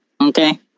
okay